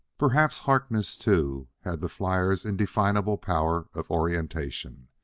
perhaps harkness, too, had the flyer's indefinable power of orientation.